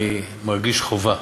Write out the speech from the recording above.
אני מרגיש חובה,